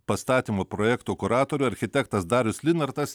pastatymui projekto kuratorių architektas darius linartas